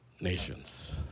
nations